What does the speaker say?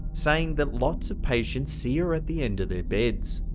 saying that lots of patients see her at the end of their beds.